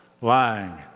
lying